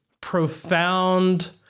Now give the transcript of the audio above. profound